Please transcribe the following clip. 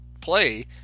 play